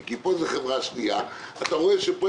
פה זו חברה שנייה ואם אתה רואה שפה